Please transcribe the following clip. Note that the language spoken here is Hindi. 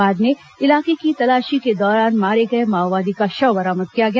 बाद में इलाके की तलाशी के दौरान मारे गए माओवादी का शव बरामद किया गया